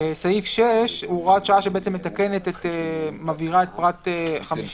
סעיף 6 הוא הוראת שעה שמבהירה את פרט (57).